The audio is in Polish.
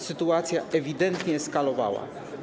Sytuacja ewidentnie eskalowała.